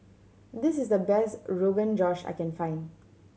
this is the best Rogan Josh I can find